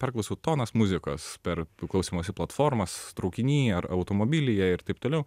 perklausiau tonas muzikos per klausymosi platformas traukiny ar automobilyje ir taip toliau